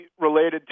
related